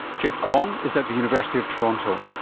jeff kwong is at the university of toronto.